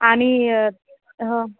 आणि हो